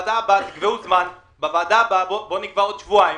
תקבעו זמן, בואו נקבע עוד שבועיים